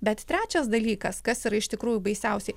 bet trečias dalykas kas yra iš tikrųjų baisiausiai